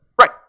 right